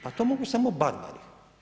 Pa to mogu samo barbari.